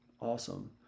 Awesome